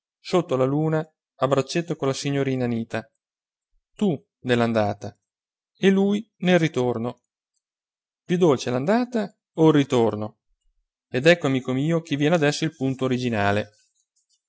sotto la luna a braccetto con la signorina anita tu nell'andata e lui nel ritorno più dolce l'andata o il ritorno ed ecco amico mio che viene adesso il punto originale